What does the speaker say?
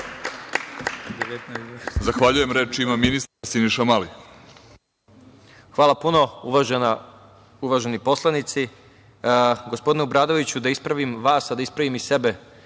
Zahvaljujem. Reč ima ministar Siniša Mali.